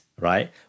right